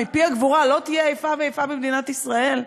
מפי הגבורה: "לא תהיה איפה ואיפה במדינת ישראל".